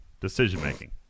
Decision-making